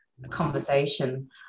conversation